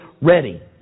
ready